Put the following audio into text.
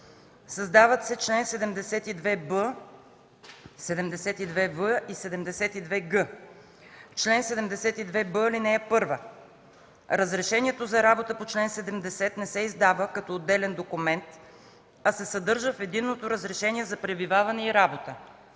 Създават се членове 72б, 72в и 72г: „Чл. 72б. (1) Разрешението за работа по чл. 70 не се издава като отделен документ, а се съдържа в „Единното разрешение за пребиваване и работа”,